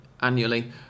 annually